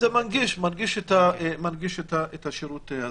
זה מנגיש את השירות הזה.